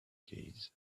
case